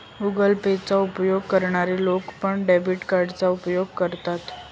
Google Pay चा उपयोग करणारे लोक पण, डेबिट कार्डचा उपयोग करतात